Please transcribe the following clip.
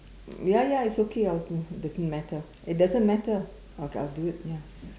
ya ya it's okay I'll do doesn't matter it doesn't matter okay I'll do it ya